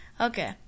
Okay